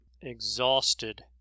exhausted